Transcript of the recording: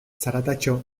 zaratatxo